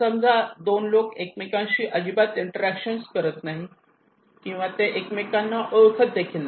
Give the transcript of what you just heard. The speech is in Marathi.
समजा दोन लोक एकमेकांशी अजिबात इंटरॅक्शन करत नाहीत किंवा ते एकमेकांना ओळखत देखील नाही